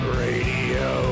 radio